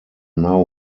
now